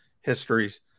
histories